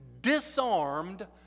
disarmed